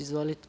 Izvolite.